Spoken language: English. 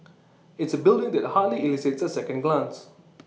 it's A building that hardly elicits A second glance